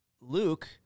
Luke